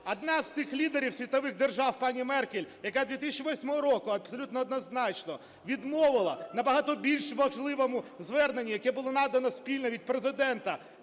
одна з тих лідерів світових держав пані Меркель, яка 2018 року абсолютно однозначно відмовила набагато більш важливому зверненню, яке було надано спільно від Президента,